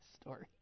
story